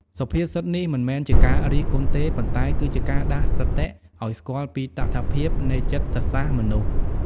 សុភាសិតនេះមិនមែនជាការរិះគន់ទេ ប៉ុន្តែគឺជាការដាស់សតិឱ្យស្គាល់ពីតថភាពនៃចិត្តសាស្ត្រមនុស្ស។